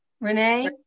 Renee